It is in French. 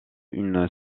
une